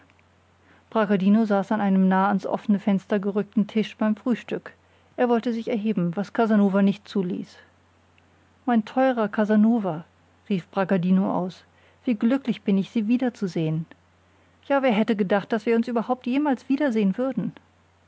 bragadino saß an einem nah ans offene fenster gerückten tisch beim frühstück er wollte sich erheben was casanova nicht zuließ mein teuerer casanova rief bragadino aus wie glücklich bin ich sie wiederzusehen ja wer hätte gedacht daß wir uns überhaupt jemals wiedersehen würden